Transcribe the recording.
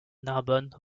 narbonne